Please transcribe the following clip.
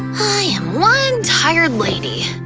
i am one tired lady.